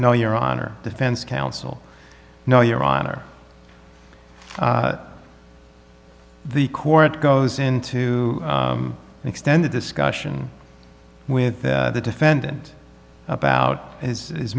no your honor defense counsel no your honor the court goes into an extended discussion with the defendant about his